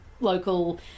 local